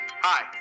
hi